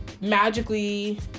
magically